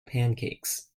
pancakes